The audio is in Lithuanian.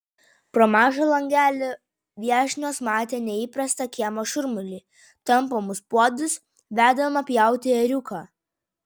pro mažą langelį viešnios matė neįprastą kiemo šurmulį tampomus puodus vedamą pjauti ėriuką